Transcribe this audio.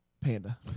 Panda